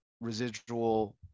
residual